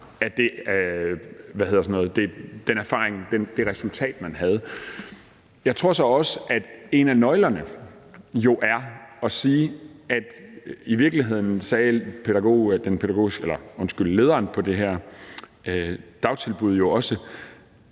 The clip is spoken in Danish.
af den erfaring, det resultat, man havde. Jeg tror så også, at en af nøglerne jo er at sige, og det sagde lederen på det her dagtilbud jo i